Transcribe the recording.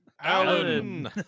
Alan